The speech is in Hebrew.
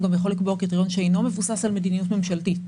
הוא גם יכול לקבוע קריטריון שאינו מבוסס על מדיניות ממשלתית.